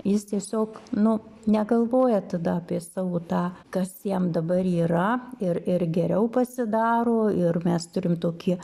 jis tiesiog nu negalvoja tada apie savo tą kas jam dabar yra ir ir geriau pasidaro ir mes turim tokį